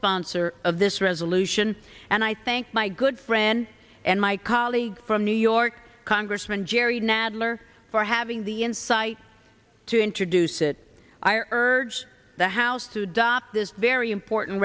sponsor of this resolution and i thank my good friend and my colleague from new york congressman jerry nadler for having the insight to introduce it i urge the house to dop this very important